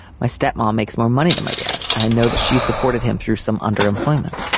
my step mom makes more money than my dad. and i know that she supported him through some underemployment.